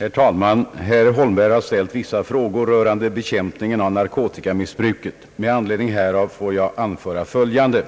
Herr talman! Herr Holmberg har ställt vissa frågor rörande bekämpningen av narkotikamissbruket. Med anledning härav får jag anföra följande.